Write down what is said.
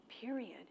period